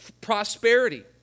prosperity